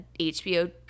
HBO